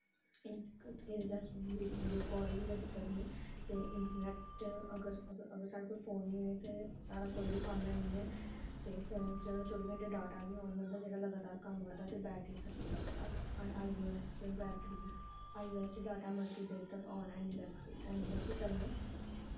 एह्दे च अस वीडियो काल बी करी सकने ते इंट्रनैट अगर अगर साढ़े कोल फोन निं होऐ ते साढ़ा कोई बी कम्म ऐ निं ऐ ते फोन च चौबी घैंटे डाटा बी आन रौंह्दा जेह्ड़ा लगातार कम्म करदा ते बैटरी खर्चदा ते अस आई ओ ऐस च बैटरी आई ओ ऐस च डाटा मती देर तक आनलाइन हैनी रक्खी सकनें